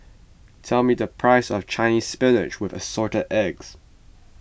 tell me the price of Chinese Spinach with Assorted Eggs